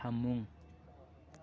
ꯐꯃꯨꯡ